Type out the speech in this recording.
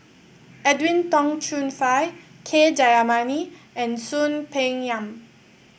Edwin Tong Chun Fai K Jayamani and Soon Peng Yam